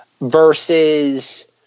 versus